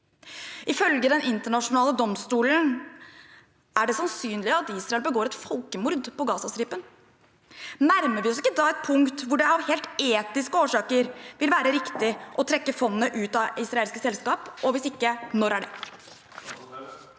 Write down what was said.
Ifølge Den internasjonale domstolen er det sannsynlig at Israel begår et folkemord på Gazastripen. Nærmer vi oss ikke da et punkt hvor det av helt etiske årsaker vil være riktig å trekke fondet ut av israelske selskaper, og hvis ikke – når er det?